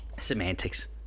Semantics